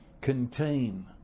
contain